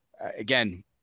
again